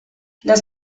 les